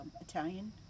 Italian